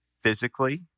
physically